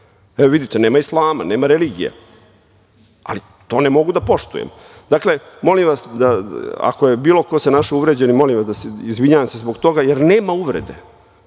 Evo, vidite, nema islama, nema religije, ali to ne mogu da poštujem. Dakle, molim vas, ako se bilo ko našao uvređenim, izvinjavam se zbog toga jer nema uvrede,